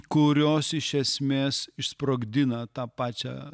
kurios iš esmės išsprogdina tą pačią